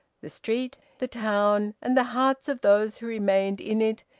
the street, the town, and the hearts of those who remained in it,